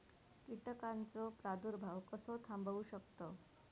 कीटकांचो प्रादुर्भाव कसो थांबवू शकतव?